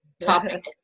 topic